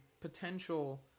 potential